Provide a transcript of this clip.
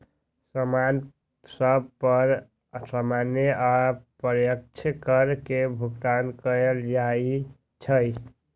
समान सभ पर सामान्य अप्रत्यक्ष कर के भुगतान कएल जाइ छइ